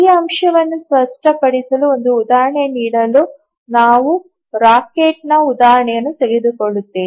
ಈ ಅಂಶವನ್ನು ಸ್ಪಷ್ಟಪಡಿಸಲು ಒಂದು ಉದಾಹರಣೆ ನೀಡಲು ನಾವು ರಾಕೆಟ್ನ ಉದಾಹರಣೆಯನ್ನು ತೆಗೆದುಕೊಳ್ಳುತ್ತೇವೆ